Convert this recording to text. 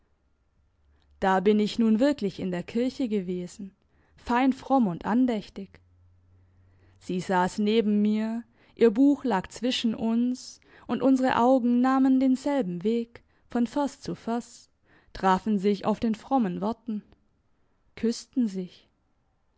da bin ich nun wirklich in der kirche gewesen fein fromm und andächtig sie sass neben mir ihr buch lag zwischen uns und unsere augen nahmen denselben weg von vers zu vers trafen sich auf den frommen worten küssten sich